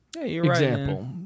example